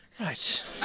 right